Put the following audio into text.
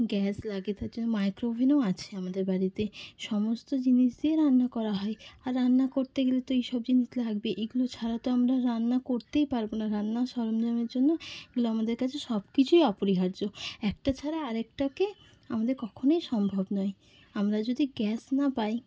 gas লাগে তার জন্য মাইক্রোওভেনও আছে আমাদের বাড়িতে সমস্ত জিনিস দিয়ে রান্না করা হয় আর রান্না করতে গেলে তো এই সব জিনিস লাগবে এগুলো ছাড়া তো আমরা রান্না করতেই পারব না রান্নার সরঞ্জামের জন্য এগুলো আমাদের কাছে সব কিছুই অপরিহার্য একটা ছাড়া আর একটাকে আমাদের কখনোই সম্ভব নয় আমরা যদি গ্যাস না পাই